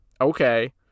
Okay